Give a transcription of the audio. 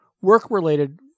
work-related